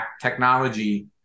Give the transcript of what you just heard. technology